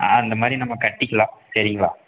அந்தமாதிரி நம்ம கட்டிக்கலாம் சரிங்களா